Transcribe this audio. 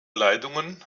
leitungen